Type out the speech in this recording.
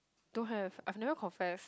don't have I have never confessed